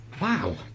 Wow